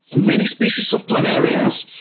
many species of planarians,